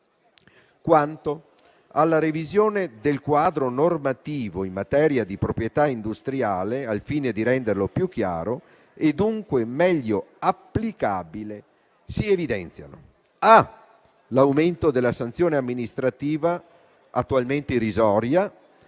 Quanto alla revisione del quadro normativo in materia di proprietà industriale, al fine di renderlo più chiaro, e dunque meglio applicabile, si evidenziano: l'aumento della sanzione amministrativa - attualmente irrisoria